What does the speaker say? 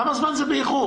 כמה זמן זה באיחור?